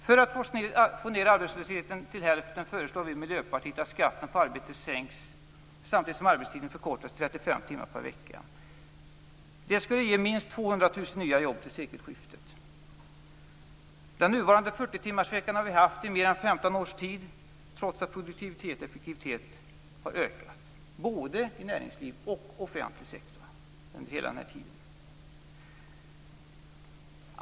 För att få ned arbetslösheten till hälften föreslår vi i Miljöpartiet att skatten på arbete sänks, samtidigt som arbetstiden förkortas till 35 timmar per vecka. Det skulle ge minst 200 000 nya jobb till sekelskiftet. Den nuvarande 40-timmarsveckan har vi haft i mer än 15 års tid, trots att produktivitet och effektivitet har ökat i både näringsliv och offentlig sektor under hela den tiden.